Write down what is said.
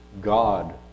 God